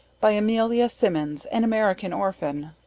by amelia simmons, an american orphan.